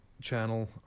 channel